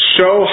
Show